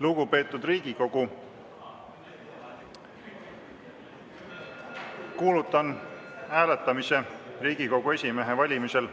Lugupeetud Riigikogu, kuulutan hääletamise Riigikogu esimehe valimisel